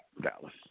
Dallas